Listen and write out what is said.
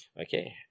Okay